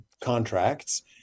contracts